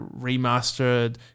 remastered